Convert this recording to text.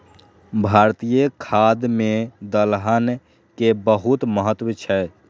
भारतीय खाद्य मे दलहन के बहुत महत्व छै